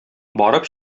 барып